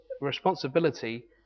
responsibility